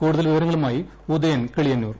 കൂടുതൽ വിവരങ്ങളുമാ്യി ഉദയൻ കിളിയന്നൂർ